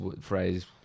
phrase